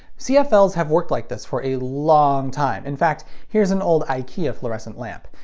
cfls have worked like this for a looong time. in fact, here's an old ikea fluorescent lamp.